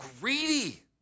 greedy